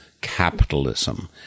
capitalism